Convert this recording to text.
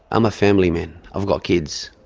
i'm a family man i've got kids.